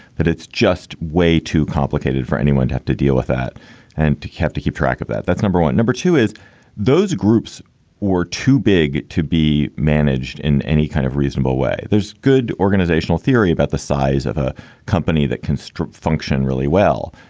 that it's just way too complicated for anyone to have to deal with that and to keep to keep track of that. that's number one. number two is those groups were too big to be managed in any kind of reasonable way. there's good organizational theory about the size of a company that can so function really well.